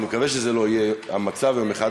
אני מקווה שזה לא יהיה המצב יום אחד,